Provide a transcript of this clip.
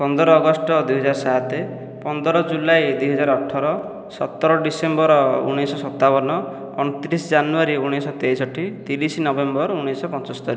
ପନ୍ଦର ଅଗଷ୍ଟ ଦୁଇ ହଜାର ସାତ ପନ୍ଦର ଜୁଲାଇ ଦୁଇ ହଜାର ଅଠର ସତର ଡିସେମ୍ବର ଉଣେଇଶହ ସତାବନ ଅଣତିରିଶ ଜାନୁଆରୀ ଉଣେଇଶହ ତେଷଠି ତିରିଶ ନଭେମ୍ବର ଉଣେଇଶହ ପଞ୍ଚସ୍ତୋରି